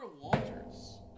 Walters